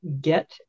get